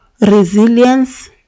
resilience